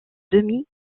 demi